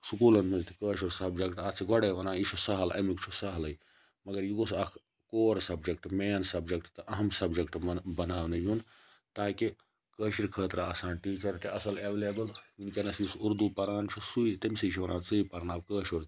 سکوٗلَن مَنٛز تہٕ کٲشُر سَبجَکٹ اتھ چھِ گۄڈے وَنان یہِ چھُ سَہَل امیُک چھُ سَہلٕے مَگَر یہِ گوٚژھ اکھ کور سَبجَکٹ مین سَبجَکٹ تہٕ اَہَم سَبجَکٹ بَناونہٕ یُن تاکہِ کٲشِرۍ خٲطرٕ آسان ٹیٖچَر اصٕل تہِ ایویلیبل وٕنکیٚنَس یُس اردوٗ پَران چھُ سُے تٔمۍ سٕے چھِ وَنان ژٕی پَرناو کٲشُر تہِ